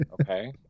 okay